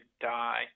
die